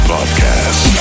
Podcast